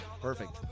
Perfect